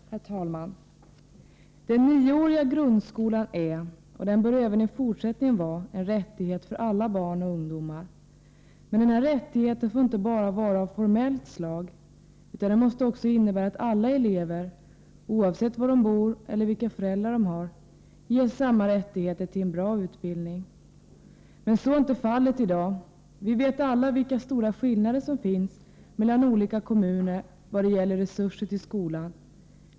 Herr talman! Den nioåriga grundskolan är och bör även i fortsättningen vara en rättighet för alla barn och ungdomar, men denna rättighet får inte vara av bara formellt slag, utan den måste också innebära att alla elever, oavsett var de bor eller vilka föräldrar de har, ges samma rättigheter till en bra utbildning. Så är inte fallet i dag. Vi vet alla vilka stora skillnader som finns mellan olika kommuner när det gäller resurser till skolan.